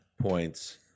points